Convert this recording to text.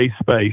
space